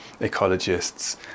ecologists